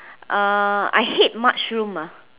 uh I hate mushroom ah